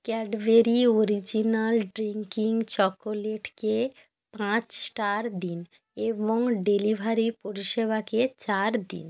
Cadbury original drinking চকোলেটকে পাঁচ star দিন এবং ডেলিভারি পরিষেবাকে চার দিন